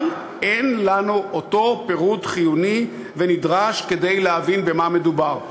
אבל אין לנו אותו פירוט חיוני ונדרש כדי להבין במה מדובר.